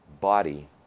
body